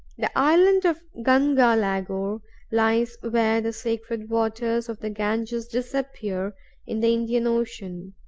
the island of ganga lagor lies where the sacred waters of the ganges disappear in the indian ocean.